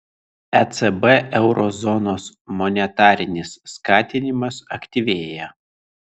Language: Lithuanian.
ecb euro zonos monetarinis skatinimas aktyvėja